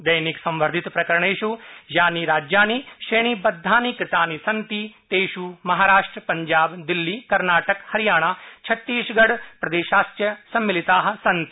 दैनिक संवर्धितप्रकरणेष् यानि राज्याणि श्रेणिबद्धानि कृतानि तेष् महाराष्ट्र पंजाब दिल्ली कर्नाटक हरियाणा छत्तीसगढ प्रदेशाश्च सम्मिलिता सन्ति